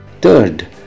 Third